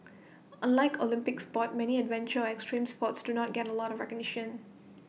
unlike Olympic sports many adventure or extreme sports do not get A lot of